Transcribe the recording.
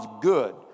good